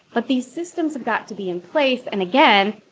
but these systems have got to be in place. and again,